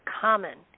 common